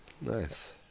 Nice